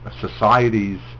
societies